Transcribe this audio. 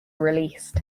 released